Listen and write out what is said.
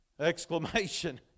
Exclamation